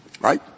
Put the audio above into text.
Right